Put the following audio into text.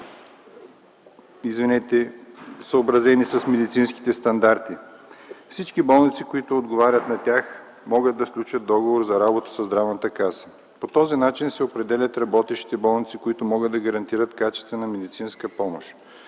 заведения, съобразени с медицинските стандарти. Всички болници, които отговарят на тях, могат да сключат договори за работа със Здравната каса. По този начин се определят работещите болници, които могат да гарантират качествена медицинската помощ.